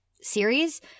series